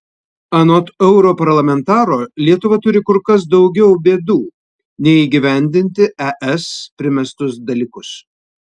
anot europarlamentaro lietuva turi kur kas daugiau bėdų nei įgyvendinti es primestus dalykus